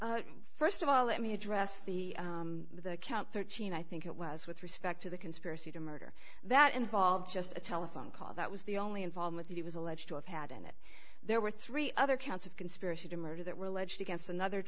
with first of all let me address the the count thirteen i think it was with respect to the conspiracy to murder that involve just a telephone call that was the only involved with it was alleged to have had and that there were three other counts of conspiracy to murder that were alleged against another